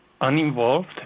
uninvolved